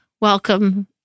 welcome